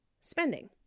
spending